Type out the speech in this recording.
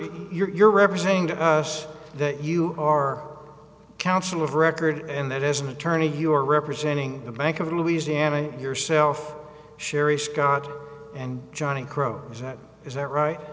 you're you're representing to us that you are counsel of record and that as an attorney you are representing the bank of louisiana yourself sherry scott and john crow is that right